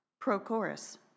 Prochorus